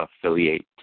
affiliate